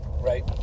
right